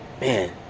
Man